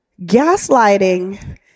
Gaslighting